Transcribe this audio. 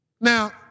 Now